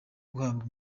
guhabwa